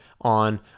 on